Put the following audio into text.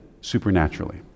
supernaturally